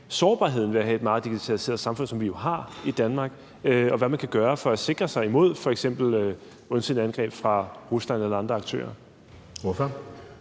sårbarheden ved at have et meget digitaliseret samfund, som vi jo har i Danmark, og hvad man kan gøre for at sikre sig imod f.eks. ondsindede angreb fra Rusland eller andre aktører?